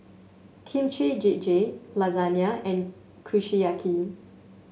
Kimchi Jjigae Lasagne and Kushiyaki